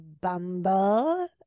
Bumble